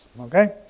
Okay